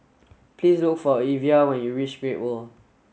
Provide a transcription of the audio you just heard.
please look for Evia when you reach Great World